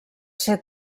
ser